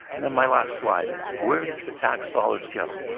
and then my last slide is where does the tax dollars go?